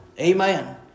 Amen